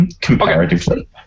Comparatively